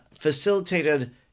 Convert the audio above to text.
facilitated